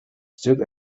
stood